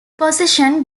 position